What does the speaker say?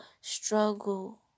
struggle